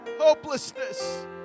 hopelessness